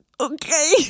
Okay